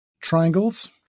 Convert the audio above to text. triangles